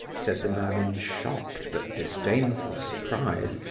said the man, in shocked but disdainful surprise,